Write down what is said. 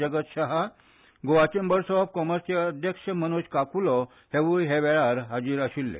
जगत Shah Goa chambers of कॉमर्साचे अध्यक्ष मनोज काकुलो हेवूय ह्या वेळार हाजीर आशिल्ले